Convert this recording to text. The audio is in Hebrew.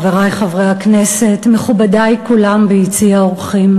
חברי חברי הכנסת, מכובדי כולם ביציע האורחים,